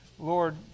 Lord